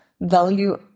value